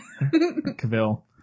Cavill